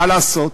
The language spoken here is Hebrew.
מה לעשות,